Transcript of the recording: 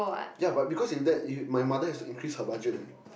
ya but because if you there if my mother has to increase her budget leh